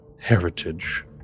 heritage